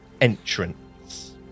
entrance